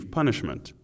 punishment